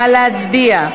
נא להצביע.